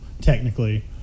technically